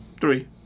Three